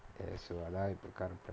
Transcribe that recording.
err so அதா இப்ப கருப்பா:athaa ippa karuppaa